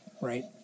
right